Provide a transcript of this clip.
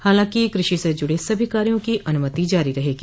हालांकि कृषि से जुड़े सभी कार्यों की अनुमति जारी रहेगी